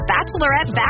Bachelorette